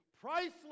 priceless